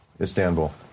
Istanbul